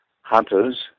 hunters